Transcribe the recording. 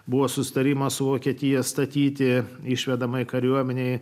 buvo susitarimą su vokietija statyti išvedamai kariuomenei